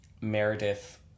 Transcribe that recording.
Meredith